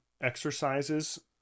exercises